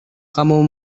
kamu